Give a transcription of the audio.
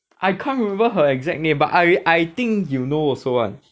I can't remember her exact name but I I think you know also [one]